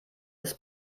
das